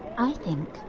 i think.